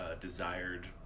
desired